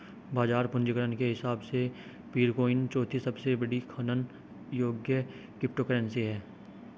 बाजार पूंजीकरण के हिसाब से पीरकॉइन चौथी सबसे बड़ी खनन योग्य क्रिप्टोकरेंसी है